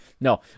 No